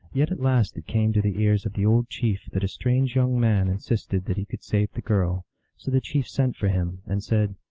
yet at last it came to the ears of the old chief that a strange young man insisted that he could save the girl so the chief sent for him, and said,